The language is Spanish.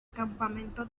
campamento